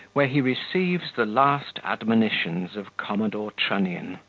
where he receives the last admonitions of commodore trunnion,